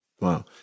Wow